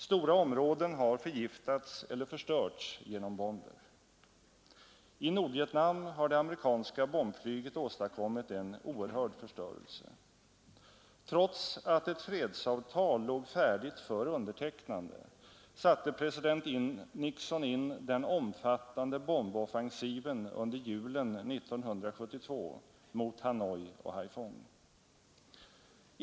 Stora områden har förgiftats eller förstörts genom bomber. I Nordvietnam har det amerikanska bombflyget åstadkommit en oerhörd förstörelse. Trots att ett fredsavtal låg färdigt för undertecknande satte president Nixon in den omfattande bomboffensiven under julen 1972 mot Hanoi och Haiphong.